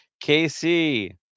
Casey